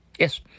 Yes